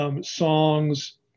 Songs